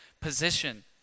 position